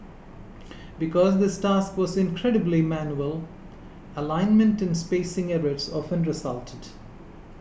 because this task was incredibly manual alignment and spacing errors often resulted